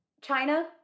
China